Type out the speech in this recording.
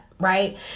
right